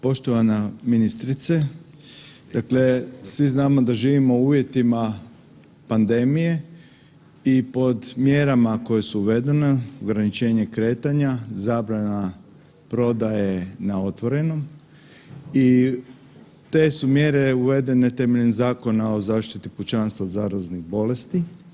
Poštovana ministrice, dakle svi znamo da živimo u uvjetima pandemije i pod mjerama koja su uvedena, ograničenje kretanja, zabrana prodaje na otvorenom i te su mjere uvedene temeljem Zakona o zaštiti kućanstva od zaraznih bolesti.